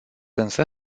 însă